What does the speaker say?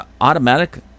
automatic